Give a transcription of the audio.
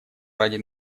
ради